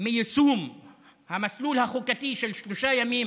יישום המסלול החוקתי של שלושה ימים